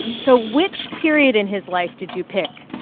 so which period in his life did you pick?